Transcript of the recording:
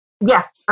Yes